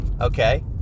okay